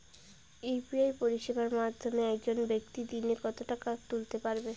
UPI পরিষেবার মাধ্যমে একজন ব্যাক্তি দিনে কত টাকা তুলতে পারবে?